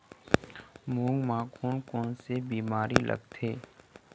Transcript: मूंग म कोन कोन से बीमारी लगथे?